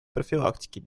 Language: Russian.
профилактики